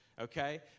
Okay